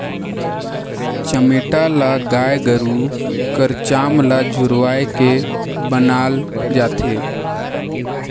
चमेटा ल गाय गरू कर चाम ल झुरवाए के बनाल जाथे